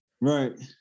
Right